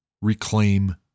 reclaim